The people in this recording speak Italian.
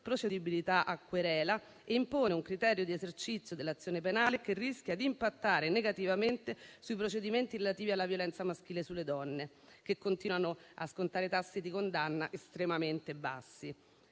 procedibilità a querela e impone un criterio di esercizio dell'azione penale che rischia di impattare negativamente sui procedimenti relativi alla violenza maschile sulle donne che continuano a scontare tassi di condanna estremamente bassi.